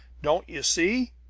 don't you see?